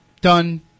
done